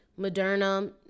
Moderna